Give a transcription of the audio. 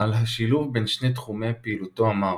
על השילוב בין שני תחומי פעילותו אמר